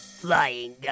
flying